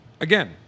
again